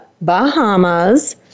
Bahamas